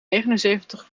negenenzeventig